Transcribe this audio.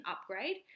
upgrade